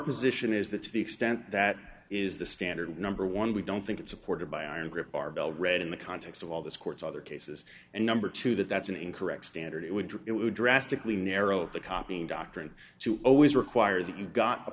position is that to the extent that is the standard number one we don't think it's supported by iron grip barbell read in the context of all this court's other cases and number two that that's an incorrect standard it would do it would drastically narrow the copying doctrine to always require that you've got a